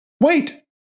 Wait